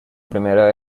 primera